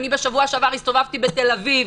בשבוע שעבר הסתובבתי בתל אביב,